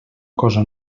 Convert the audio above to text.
cosa